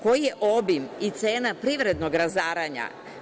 Koji je obim i cena privrednog razaranja?